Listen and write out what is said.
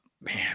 man